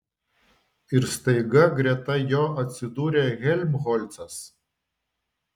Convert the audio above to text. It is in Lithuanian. ir staiga greta jo atsidūrė helmholcas